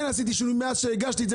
כן עשיתי שינוי מאז שהגשתי את זה.